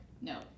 no